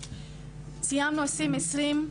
סיימנו את שנת 2020,